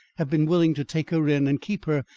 have been willing to take her in and keep her,